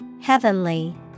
Heavenly